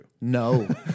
No